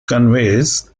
conveys